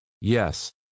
Yes